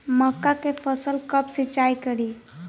मका के फ़सल कब सिंचाई करी?